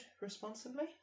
responsibly